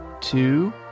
two